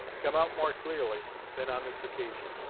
come out more clearly than on this occasion.